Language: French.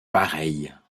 pareilles